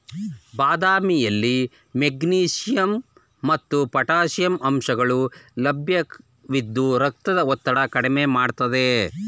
ಬಾದಾಮಿಯಲ್ಲಿ ಮೆಗ್ನೀಷಿಯಂ ಮತ್ತು ಪೊಟ್ಯಾಷಿಯಂ ಅಂಶಗಳು ಲಭ್ಯವಿದ್ದು ರಕ್ತದ ಒತ್ತಡ ಕಡ್ಮೆ ಮಾಡ್ತದೆ